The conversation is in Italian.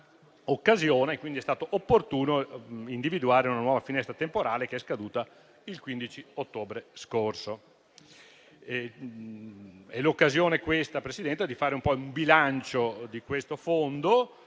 grazie a tutti